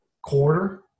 quarter